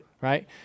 Right